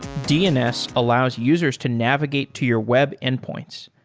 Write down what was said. dns allows users to navigate to your web endpoints,